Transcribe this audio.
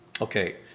Okay